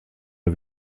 mal